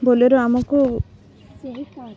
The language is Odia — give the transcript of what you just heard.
ବୋଲେରୁ ଆମକୁ